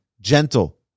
gentle